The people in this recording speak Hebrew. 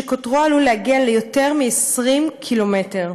שקוטרו עלול להגיע ליותר מ-20 קילומטר,